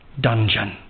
dungeon